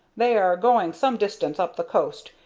they are going some distance up the coast,